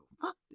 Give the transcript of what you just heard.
Fuck